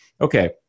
okay